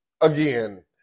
again